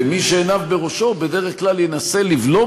ומי שעיניו בראשו בדרך כלל ינסה לבלום